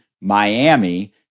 Miami